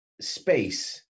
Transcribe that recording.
space